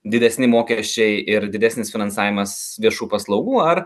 didesni mokesčiai ir didesnis finansavimas viešų paslaugų ar